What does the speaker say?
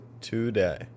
today